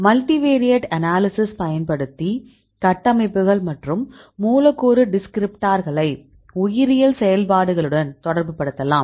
multivariate analysis பயன்படுத்தி கட்டமைப்புகள் மற்றும் மூலக்கூறு டிஸ்கிரிப்டார்களை உயிரியல் செயல்பாடுகளுடன் தொடர்புபடுத்தலாம்